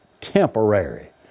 temporary